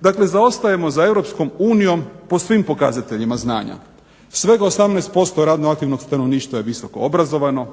Dakle, zaostajemo za Europskom unijom po svim pokazateljima znanja. Svega 18% radno aktivnog stanovništva je visoko obrazovano.